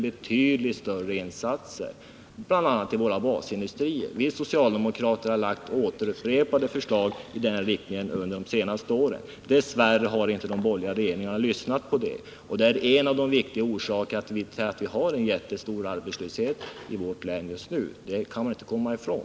Betydligt större insatser måste sättas in, bl.a. i våra basindustrier. Vi socialdemokrater har lagt fram upprepade förslag i den riktningen under de senaste åren, men dess värre har de borgerliga regeringarna inte lyssnat till oss. Detta är en av orsakerna till att vi har en jättestor arbetslöshet i vårt län just nu. Det kan man inte komma ifrån.